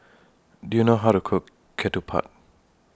Do YOU know How to Cook Ketupat